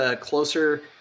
closer